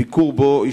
ביקור שבו השתתפתי.